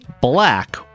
black